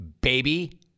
baby